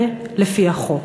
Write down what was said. ולפי החוק.